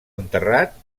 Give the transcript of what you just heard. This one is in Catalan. enterrat